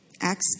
Acts